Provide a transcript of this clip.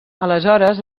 aleshores